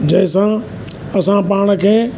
जंहिंसां असां पाण खे